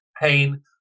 pain